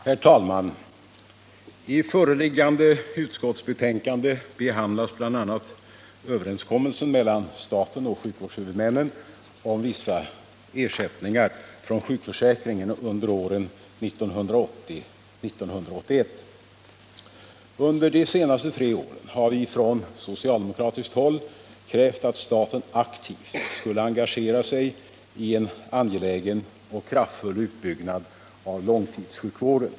Herr talman! I föreliggande utskottsbetänkande behandlas bl.a. överenskommelsen mellan staten och sjukvårdshuvudmännen om vissa ersättningar Under de senaste tre åren har vi från socialdemokratiskt håll krävt att staten aktivt skulle engagera sig i en angelägen och kraftfull utbyggnad av långtidssjukvården.